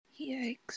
Yikes